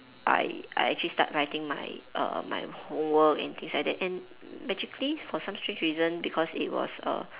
I I actually start writing my err my homework and things like that and magically for some strange reason because it was a